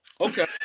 Okay